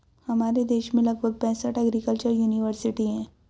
हमारे देश में लगभग पैंसठ एग्रीकल्चर युनिवर्सिटी है